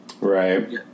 Right